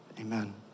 amen